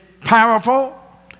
powerful